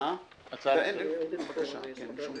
אין שום